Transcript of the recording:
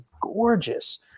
gorgeous